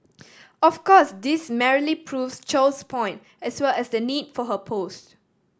of course this merely proves Chow's point as well as the need for her post